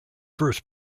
first